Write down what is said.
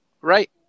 Right